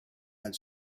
had